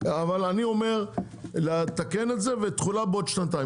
אבל אני אומר לתקן את זה ותחולה בעוד שנתיים.